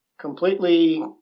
completely